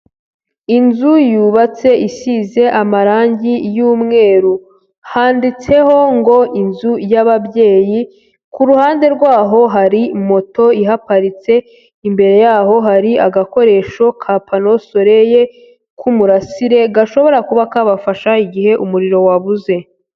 Inzu yubatse isize amarangi y'umweru, handitseho ngo inzu y'ababyeyi, ku ruhande rw'aho hari moto ihaparitse, imbere y'aho hari agakoresho ka pano soleil k'umurasire gashobora kuba kabafasha igihe umuriro wabuze.